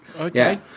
Okay